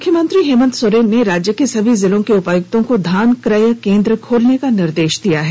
मुख्यमंत्री हेमंत सोरेन ने राज्य के सभी जिलों के उपायुक्तों को धान क्रय केंद्र खोलने का निर्देश दिया है